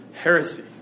heresy